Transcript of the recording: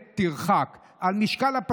כסף לחרדים,